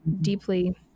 deeply